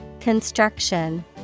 Construction